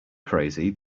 crazy